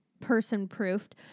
person-proofed